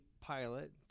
pilot